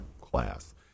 class